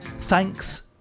Thanks